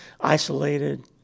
isolated